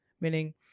meaning